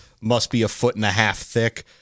must-be-a-foot-and-a-half-thick